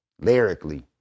lyrically